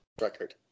Record